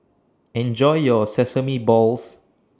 Enjoy your Sesame Balls